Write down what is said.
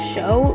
Show